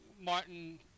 Martin